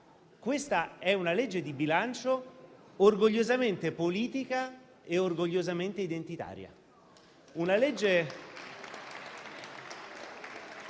Questa è una legge di bilancio orgogliosamente politica e